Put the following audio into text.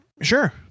Sure